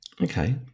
Okay